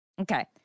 okay